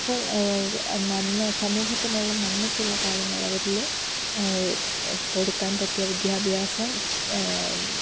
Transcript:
അപ്പോൾ നന്മ സമൂഹത്തിനുള്ള നന്മയ്ക്കുള്ള കാര്യങ്ങൾ അവരിൽ കൊടുക്കാൻ പറ്റിയ വിദ്യാഭ്യാസം